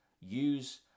use